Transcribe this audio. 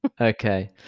okay